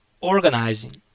organizing